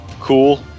cool